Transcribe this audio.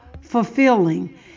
fulfilling